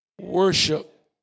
worship